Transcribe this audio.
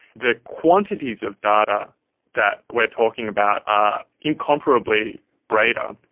the quantities of data that we are talking about are incomparably greater,